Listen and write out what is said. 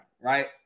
right